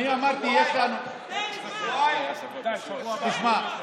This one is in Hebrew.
אין לך מילה בממשלה,